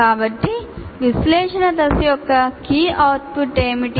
కాబట్టి విశ్లేషణ దశ యొక్క కీ అవుట్పుట్ ఏమిటి